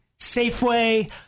Safeway